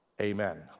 Amen